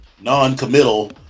non-committal